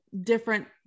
different